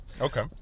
Okay